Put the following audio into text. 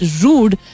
rude